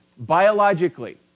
Biologically